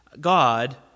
God